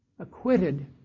Acquitted